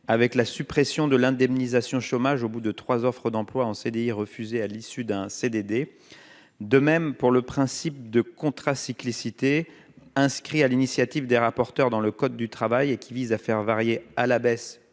avec la suppression de l'indemnisation chômage au bout de trois Offres d'emploi en CDI refusé à l'issue d'un CDD, de même pour le principe de contrat cyclicité inscrit à l'initiative des rapporteurs dans le code du travail et qui vise à faire varier à la baisse